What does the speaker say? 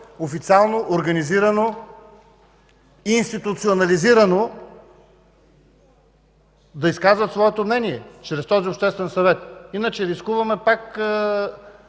официално, организирано и институционализирано да изказват своето мнение чрез този Обществен съвет. Иначе рискуваме пак